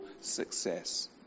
success